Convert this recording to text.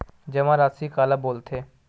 जमा राशि काला बोलथे?